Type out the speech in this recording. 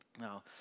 Now